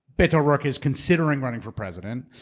beto o'rourke is considering running for president,